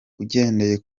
ugendeye